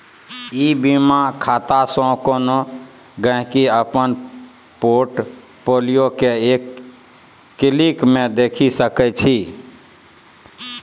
ई बीमा खातासँ कोनो गांहिकी अपन पोर्ट फोलियो केँ एक क्लिक मे देखि सकै छै